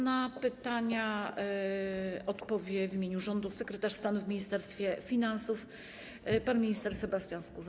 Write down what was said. Na pytania odpowie w imieniu rządu sekretarz stanu w Ministerstwie Finansów pan minister Sebastian Skuza.